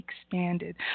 expanded